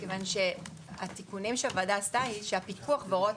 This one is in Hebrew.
מכיוון שהתיקונים שהוועדה עשתה הם שהפיקוח והוראות